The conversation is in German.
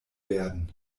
werden